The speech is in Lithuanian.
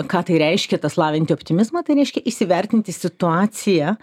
ką tai reiškia tas lavinti optimizmą tai reiškia įsivertinti situaciją